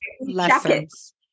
lessons